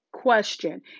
question